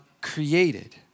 created